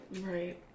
right